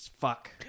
fuck